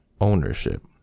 ownership